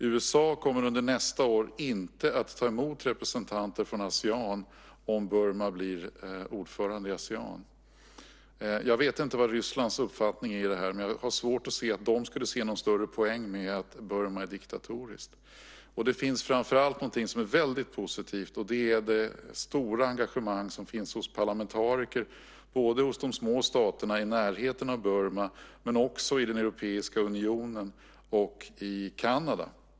USA kommer under nästa år inte att ta emot representanter från Asean om Burma blir ordförande i Asean. Jag vet inte vad Rysslands uppfattning är i detta, men jag har svårt att se att de skulle se någon större poäng med att Burma är en diktatur. Det finns framför allt något som är väldigt positivt, nämligen det stora engagemang som finns hos parlamentariker både i små stater i närheten av Burma men också i Europeiska unionen och i Kanada.